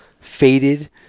faded